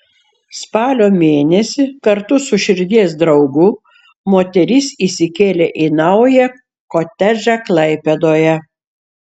spalio mėnesį kartu su širdies draugu moteris įsikėlė į naują kotedžą klaipėdoje